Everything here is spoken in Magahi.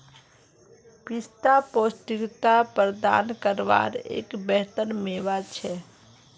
पिस्ता पौष्टिकता प्रदान कारवार एक बेहतर मेवा छे